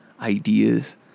ideas